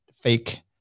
fake